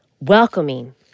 welcoming